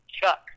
Chuck